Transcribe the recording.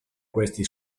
questi